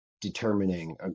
determining